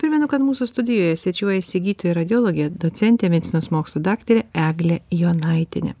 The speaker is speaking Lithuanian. primenu kad mūsų studijoje svečiuojasi gydytoja radiologė docentė medicinos mokslų daktarė eglė jonaitienė